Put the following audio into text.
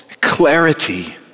clarity